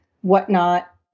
whatnot